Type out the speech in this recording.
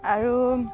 আৰু